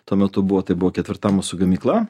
tuo metu buvo tai buvo ketvirta mūsų gamykla